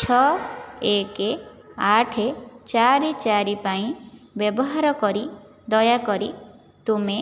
ଛଅ ଏକ ଆଠ ଚାରି ଚାରି ପାଇଁ ବ୍ୟବହାର କରି ଦୟାକରି ତୁମେ